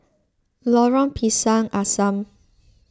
Lorong Pisang Asam